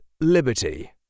Liberty